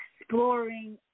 exploring